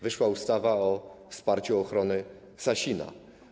Wyszła ustawa o wsparciu ochrony Sasina.